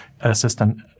assistant